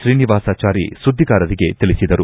ಶ್ರೀನಿವಾಸಚಾರಿ ಸುದ್ದಿಗಾರರಿಗೆ ತಿಳಿಸಿದರು